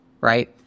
right